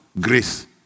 grace